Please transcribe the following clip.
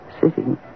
sitting